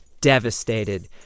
devastated